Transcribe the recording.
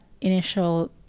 initial